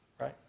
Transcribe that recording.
right